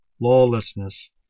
lawlessness